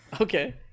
Okay